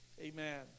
Amen